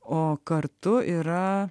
o kartu yra